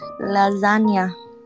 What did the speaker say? lasagna